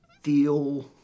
feel